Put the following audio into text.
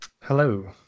Hello